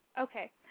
Okay